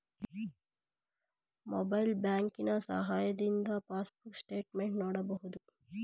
mobile ಬ್ಯಾಂಕಿನ ಸಹಾಯದಿಂದ passbook statement ನೋಡಬಹುದು